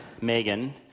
Megan